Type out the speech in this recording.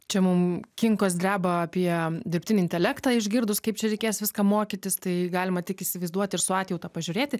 čia mum kinkos dreba apie dirbtinį intelektą išgirdus kaip čia reikės viską mokytis tai galima tik įsivaizduoti ir su atjauta pažiūrėti